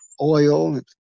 oil